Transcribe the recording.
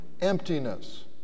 emptiness